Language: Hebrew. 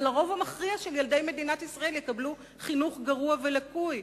אבל הרוב המכריע של ילדי מדינת ישראל יקבלו חינוך גרוע ולקוי,